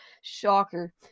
shocker